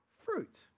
fruit